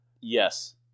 Yes